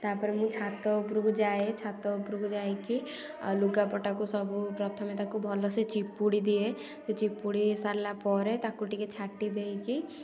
ତା'ପରେ ମୁଁ ଛାତ ଉପରକୁ ଯାଏ ଛାତ ଉପରକୁ ଯାଇକି ଆଉ ଲୁଗାପଟାକୁ ସବୁ ପ୍ରଥମେ ତାକୁ ଭଲସେ ଚିପୁଡ଼ି ଦିଏ ସେ ଚିପୁଡ଼ି ସାରିଲା ପରେ ତାକୁ ଟିକେ ଛାଟି ଦେଇକି